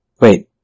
Wait